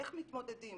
איך מתמודדים?